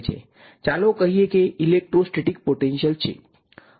ચાલો કહીએ કે ઇલેક્ટ્રોસ્ટેટિક પોટેન્શીયલ છે